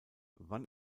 wann